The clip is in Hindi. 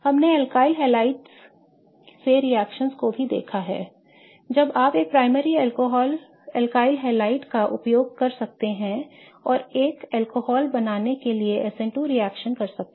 हमने अल्काइल हैलाइड्स से रिएक्शनओं को भी देखा है जब आप एक प्राइमरी अल्काइल हैलाइड का उपयोग कर सकते हैं और एक अल्कोहल बनाने के लिए SN2 रिएक्शन कर सकते हैं